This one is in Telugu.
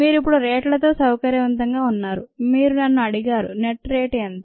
మీరు ఇప్పుడు రేట్లతో సౌకర్యవంతంగా ఉన్నారు మీరు నన్ను అడిగారు నెట్ రేటు ఎంత